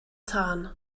tân